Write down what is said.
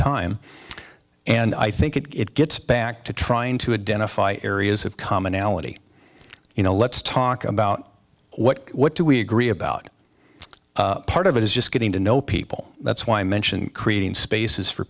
time and i think it gets back to trying to a den of fight areas of commonality you know let's talk about what what do we agree about part of it is just getting to know people that's why i mentioned creating spaces for